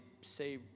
say